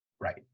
Right